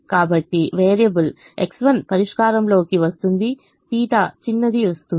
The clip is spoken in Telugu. కాబట్టి వేరియబుల్ X1 పరిష్కారంలో కి వస్తుంది θ చిన్నది వస్తుంది